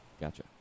Gotcha